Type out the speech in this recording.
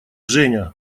женя